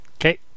Okay